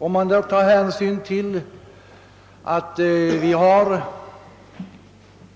Om man sedan också tar hänsyn till att vi